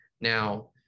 now